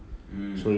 mm